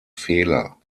fehler